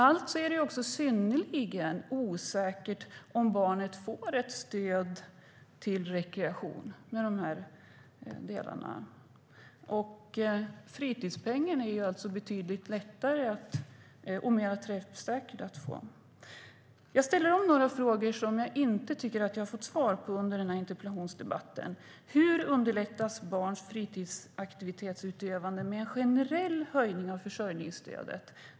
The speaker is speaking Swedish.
Därför är det synnerligen osäkert om barnet får ett stöd till rekreation vad gäller dessa delar. Fritidspengen är betydligt lättare att få, och den är också mer träffsäker. Jag ställer åter några av de frågor som jag inte tycker att jag fått svar på under den här interpellationsdebatten. Hur underlättas barns fritidsaktivitetsutövande med en generell höjning av försörjningsstödet?